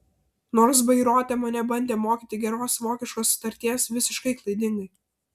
nors bairoite mane bandė mokyti geros vokiškos tarties visiškai klaidingai